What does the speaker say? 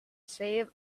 save